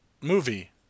movie